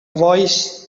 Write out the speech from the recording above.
voice